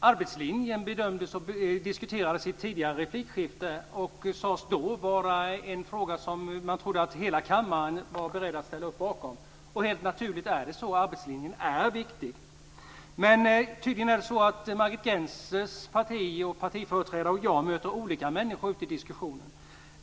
Herr talman! Arbetslinjen diskuterades i ett tidigare replikskifte. Då sade man att det var en fråga som man trodde att hela kammaren var beredd att ställa upp bakom. Det är naturligt att det är så. Arbetslinjen är viktig. Men tydligen är det så att Margit Gennser och jag möter olika människor när vi är ute och diskuterar.